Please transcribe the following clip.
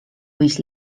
võis